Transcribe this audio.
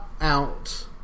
out